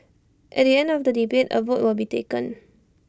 at the end of the debate A vote will be taken